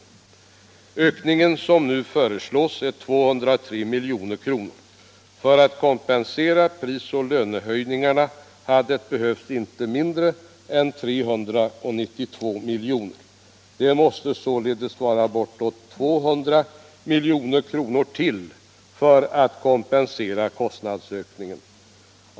Den ökning som nu föreslås är 203 milj.kr. För att kompensera prisoch lönehöjningarna hade det behövts inte mindre än 392 milj.kr. Det måste således vara bortåt 200 milj.kr. till för att kompensera kostnadsökningen.